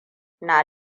na